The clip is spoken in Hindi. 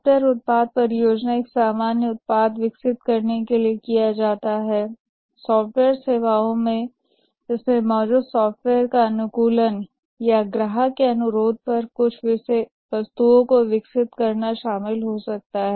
सॉफ्टवेयर उत्पाद परियोजना एक सामान्य उत्पाद विकसित करने के लिए किया जाता है सॉफ्टवेयर सेवाओं में इसमें मौजूदा सॉफ्टवेयर का अनुकूलन या ग्राहक के अनुरोध पर कुछ वस्तुओं को विकसित करना शामिल हो सकता है